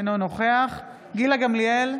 אינו נוכח גילה גמליאל,